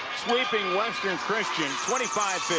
sweeping western christian twenty five